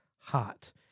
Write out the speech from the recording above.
hot